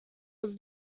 was